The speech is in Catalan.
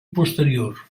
posterior